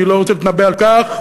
אני לא רוצה להתנבא על כך,